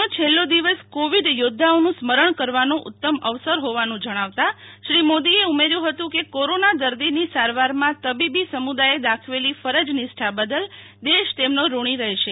વર્ષનો છેલ્લો દિવસ કોવિડ યોધ્ધાઑનું સ્મરણ કરવાનો ઉત્તમ અવસર હોવાનું જણાવતા શ્રી મોદીએ ઉમેર્યું હતું કે કોરોના દર્દીની સારવારમાં તબીબી સમુદાયે દાખવેલી ફરજ નિષ્ઠા બદલ દેશ તેમનો ઋણી રહેશે